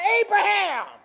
Abraham